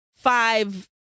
five